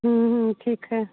ठीक है